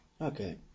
okay